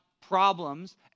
problems